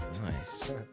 nice